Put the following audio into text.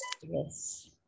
Yes